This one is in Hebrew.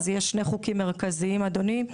יש שני חוקים מרכזיים אדוני,